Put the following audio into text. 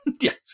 Yes